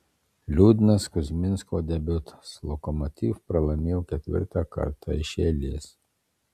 liūdnas kuzminsko debiutas lokomotiv pralaimėjo ketvirtą kartą iš eilės